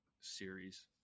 series